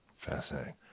Fascinating